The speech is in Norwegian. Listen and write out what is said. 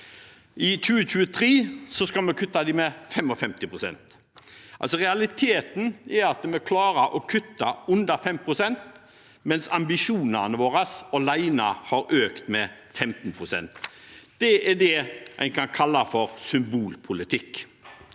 I 2023 skal vi kutte med 55 pst. Realiteten er at vi klarer å kutte under 5 pst., mens ambisjonene våre alene har økt med 15 pst. Det er det en kan kalle for symbolpolitikk.